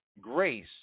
Grace